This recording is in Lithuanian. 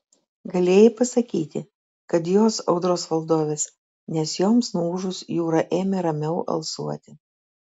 galėjai pasakyti kad jos audros valdovės nes joms nuūžus jūra ėmė ramiau alsuoti